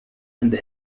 and